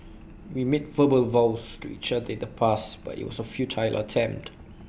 we made verbal vows to each other in the past but IT was A futile attempt